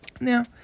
Now